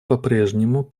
попрежнему